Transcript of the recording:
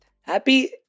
Happy